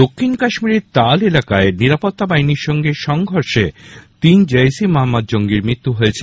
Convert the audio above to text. দক্ষিণ কাশ্মীরের ত্রাল এলাকায় নিরাপত্তা বাহিনীর সঙ্গে সংঘর্ষে তিন জয়শ ই মহম্মদ জঙ্গির মৃত্যু হয়েছে